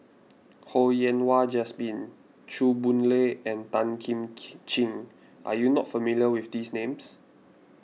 Ho Yen Wah Jesmine Chew Boon Lay and Tan Kim Ching are you not familiar with these names